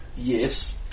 Yes